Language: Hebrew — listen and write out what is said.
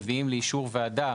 מביאים לאישור ועדה,